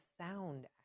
sound